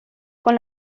con